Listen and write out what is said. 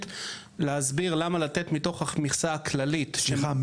להסביר למה לתת מתוך המכסה הכללית --- סליחה,